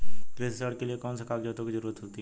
कृषि ऋण के लिऐ कौन से कागजातों की जरूरत होती है?